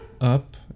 up